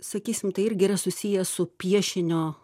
sakysim tai irgi yra susiję su piešinio